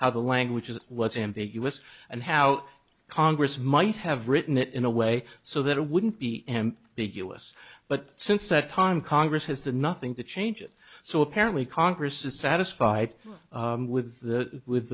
how the language that was ambiguous and how congress might have written it in a way so that it wouldn't be empty big u s but since that time congress has to nothing to change it so apparently congress is satisfied with the with